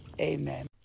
Amen